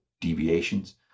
deviations